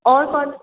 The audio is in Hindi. और कौन